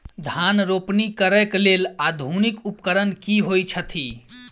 धान रोपनी करै कऽ लेल आधुनिक उपकरण की होइ छथि?